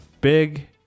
Big